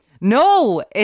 No